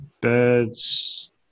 Birds